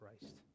Christ